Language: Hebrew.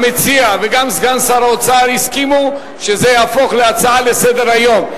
המציע וגם סגן שר האוצר הסכימו שזה יהפוך להצעה לסדר-היום.